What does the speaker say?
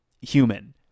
human